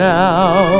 now